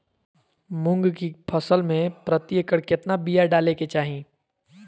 मूंग की फसल में प्रति एकड़ कितना बिया डाले के चाही?